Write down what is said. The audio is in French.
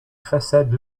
façades